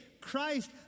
Christ